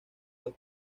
los